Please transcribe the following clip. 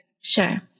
Sure